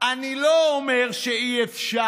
אני לא אומר שאי-אפשר,